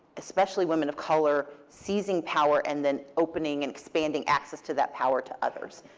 especially women of color seizing power and then opening and expanding access to that power to others.